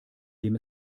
dem